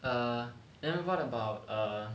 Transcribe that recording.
err then what about err